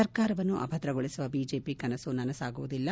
ಸರ್ಕಾರವನ್ನು ಅಭದ್ರಗೊಳಿಸುವ ಬಿಜೆಪಿ ಕನಸು ನನಸಾಗುವುದಿಲ್ಲ